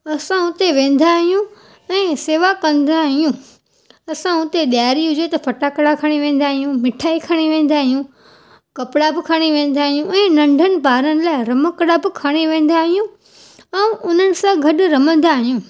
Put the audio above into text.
असां उते वेंदा आहियूं ऐं सेवा कंदा आहियूं असां उते ॾियारी हुजे र फटाकिरा खणी वेंदा आहियूं मिठाई खणी वेंदा आहियूं कपिड़ा बि खणी वेंदा आहियूं ऐं नंढनि ॿारनि लाइ रमकिड़ा बि खणी वेंदा आहियूं ऐं उन्हनि सां गॾु रमंदा आहियूं